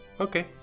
okay